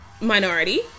minority